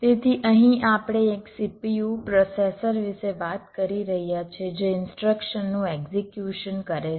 તેથી અહીં આપણે એક CPU પ્રોસેસર વિશે વાત કરી રહ્યા છીએ જે ઇનસ્ટ્રક્શનનું એક્ઝિક્યુશન કરે છે